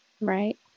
Right